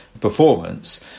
performance